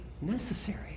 necessary